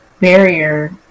barrier